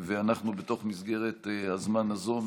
בתוך מסגרת הזמן הזאת,